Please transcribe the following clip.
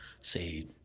say